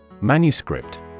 Manuscript